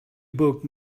book